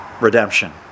redemption